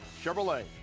Chevrolet